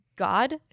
god